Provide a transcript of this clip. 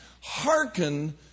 Hearken